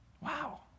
Wow